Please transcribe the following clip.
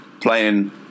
playing